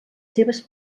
seves